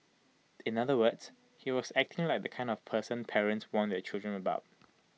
in other words he was acting like the kind of person parents warn their children about